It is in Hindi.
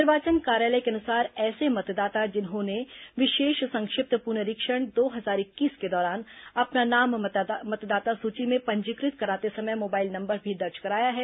निर्वाचन कार्यालय के अनुसार ऐसे मतदाता जिन्होंने विशेष संक्षिप्त पुनरीक्षण दो हजार इक्कीस के दौरान अपना नाम मतदाता सूची में पंजीकृत कराते समय मोबाइल नंबर भी दर्ज कराया है